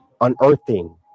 unearthing